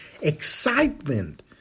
excitement